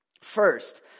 First